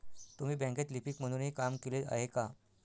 तुम्ही बँकेत लिपिक म्हणूनही काम केले आहे का?